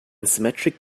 symmetric